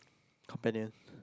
companion